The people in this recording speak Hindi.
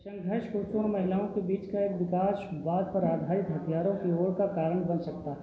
संघर्ष पुरुषों और महिलाओं के बीच एक विकासवाद पर आधारित हथियारों की होड़ का कारण बन सकता है